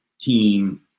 team